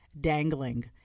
dangling